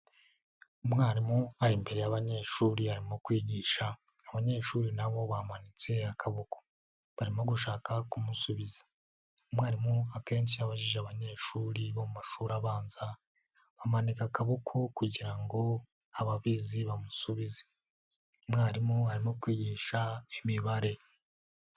Umwarimu ari imbere y'abanyeshuri arimo kwigisha. Abanyeshuri na bo bamanitse akaboko, barimo gushaka kumusubiza. Umwarimu akenshi iyo abajije abanyeshuri bo mu mashuri abanza, bamanika akaboko kugira ngo ababizi bamusubize. Umwarimu arimo kwigisha imibare.